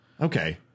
Okay